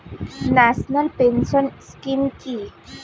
National pension scheme কি?